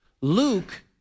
Luke